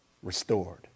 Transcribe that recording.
Restored